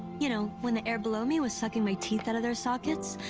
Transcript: you know when the air below me was sucking my teeth out of their sockets,